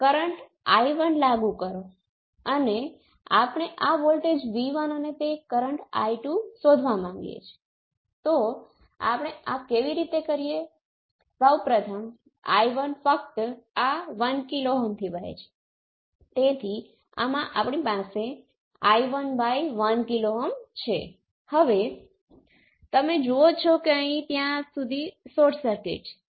તેથી રેસિપ્રોસિટિ એ બે પોર્ટ નેટવર્કના ફોરવર્ડ પેરામીટર અને રિવર્સ પેરામીટર વચ્ચેના કેટલાક ખાસ સંબંધોનો સંદર્ભ આપે છે અને તે સારું છે એટલે કે બે પોર્ટનું પ્રતિનિધિત્વ કરવા માટે તમે કયા પેરામીટર સેટને પસંદ કરો છો તે ધ્યાનમાં લીધા વગર રેસિપ્રોસિટિ સારી રહે છે